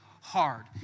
hard